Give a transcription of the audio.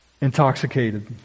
intoxicated